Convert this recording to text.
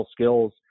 skills